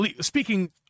speaking